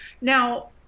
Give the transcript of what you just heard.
Now